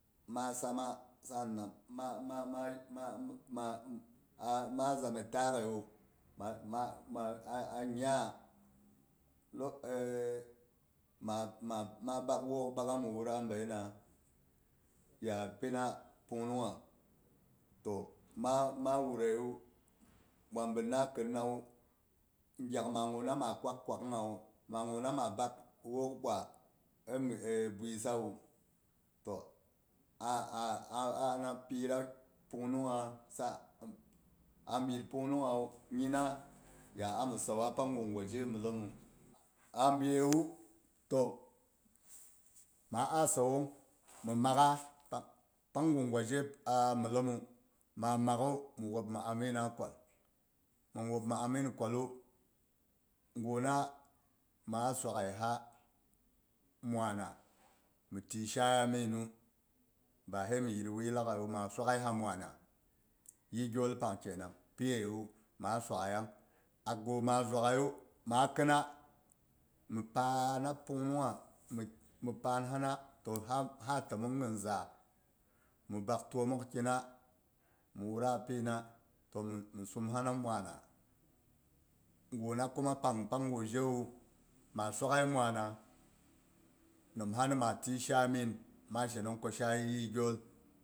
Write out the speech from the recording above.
Ma samma, ma- ma- ma- ma zammai taakha wu ma- ma, a nya lo ma- ma- ma bak wok bakha mu wura baina pungnung ha- to ma wuraiwu ɓwa bin na kunnawu gyak ma gu na ma kwakkwanghawu ma gu na bak wok ɓwa ai mhi buyisan to a- a- a- a piyida pung nungha, a bit pung nung hawu nyina yan a mi sauwa pang gwa je myellem mu, a biye wu to ma a sawu ng mi magha p- pangu gwa je a myellemu ma makhu mu wuub mi amina kwal, mhin wuub mi amin kwallu gu na ma a swagha na mwana mi tiyi shaya minu ba hai mi yit wuyi laaghai yu ma swaghai ha mwana yih gyol pang kenang piyiwu ma swaghai yang gu ma zuwaghai yu ma khina mi pana pungnung ha mi pan nina to ha timang hin zaak mi bak tomok kina mhi wura pina to mhi sum hina mwana guna kuma pang pang gu jewu ma suwaghai mwana nimha mima tiyi shay min ma shenong ku shay yih gyoll